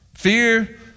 Fear